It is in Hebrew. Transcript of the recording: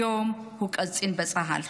היום הוא קצין בצה"ל.